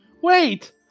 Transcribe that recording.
Wait